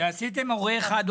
כשעשיתם "הורה 1",